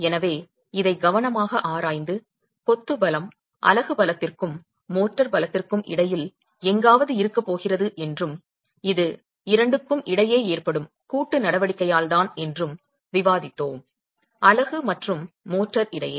எனவே இதை கவனமாக ஆராய்ந்து கொத்து பலம் அலகு பலத்திற்கும் மோர்டார் பலத்திற்கும் இடையில் எங்காவது இருக்கப் போகிறது என்றும் இது இரண்டுக்கும் இடையே ஏற்படும் கூட்டு நடவடிக்கையால் தான் என்றும் விவாதித்தோம் அலகு மற்றும் மோட்டார் இடையே